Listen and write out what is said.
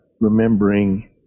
remembering